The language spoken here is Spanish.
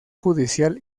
judicial